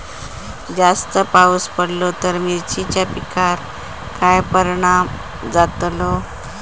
जास्त पाऊस पडलो तर मिरचीच्या पिकार काय परणाम जतालो?